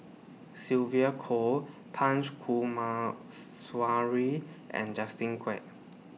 Sylvia Kho Punch Coomaraswamy and Justin Quek